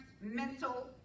mental